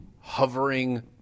hovering